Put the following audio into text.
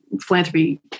philanthropy